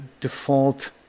default